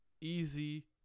easy